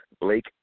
Blake